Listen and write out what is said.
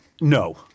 No